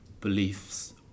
beliefs